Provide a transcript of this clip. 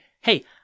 Hey